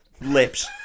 lips